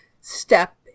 step